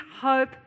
hope